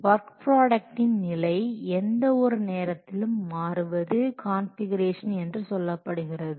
work ப்ராடக்டின் நிலை எந்த ஒரு நேரத்திலும் மாறுவது கான்ஃபிகுரேஷன் என்று சொல்லப்படுகிறது